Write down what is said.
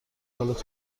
حالت